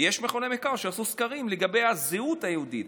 יש מכוני מחקר שעשו סקרים לגבי הזהות היהודית,